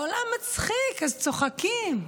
העולם מצחיק, אז צוחקים,